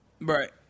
Right